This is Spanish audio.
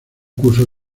curso